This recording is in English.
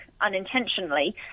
unintentionally